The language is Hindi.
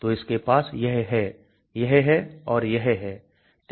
तो इसके पास यह है यह है और यह है